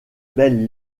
belles